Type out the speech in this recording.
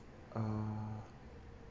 uh